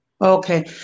Okay